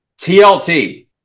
TLT